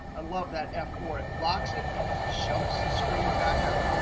i love that f four. it locks it, and it jumps the screen back up,